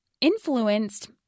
influenced